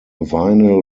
vinyl